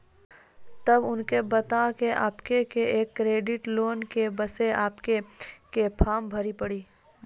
तब उनके बता के आपके के एक क्रेडिट लोन ले बसे आपके के फॉर्म भरी पड़ी?